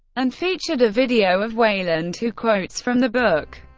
and featured a video of weyland, who quotes from the book.